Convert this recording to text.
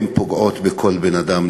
הן פוגעות בכל בן-אדם,